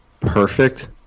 perfect